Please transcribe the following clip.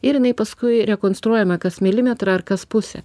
ir jinai paskui rekonstruojama kas milimetrą ar kas pusę